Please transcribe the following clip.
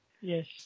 Yes